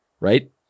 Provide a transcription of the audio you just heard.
right